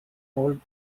old